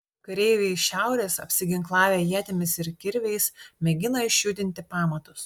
kareiviai iš šiaurės apsiginklavę ietimis ir kirviais mėgina išjudinti pamatus